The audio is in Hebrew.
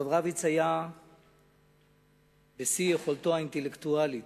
הרב רביץ היה בשיא יכולתו האינטלקטואלית.